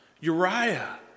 Uriah